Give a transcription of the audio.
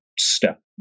step